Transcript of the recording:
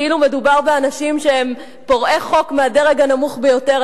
כאילו מדובר באנשים שהם פורעי חוק מהדרג הנמוך ביותר,